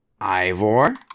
Ivor